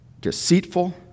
deceitful